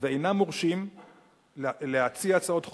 ואינם מורשים להציע הצעות חוק,